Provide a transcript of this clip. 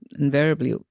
invariably